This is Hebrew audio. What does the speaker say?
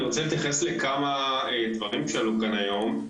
אני רוצה להתייחס לכמה דברים שעלו כאן היום.